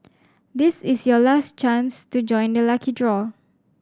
this is your last chance to join the lucky draw